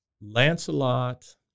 Lancelot